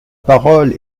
parole